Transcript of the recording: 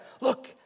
look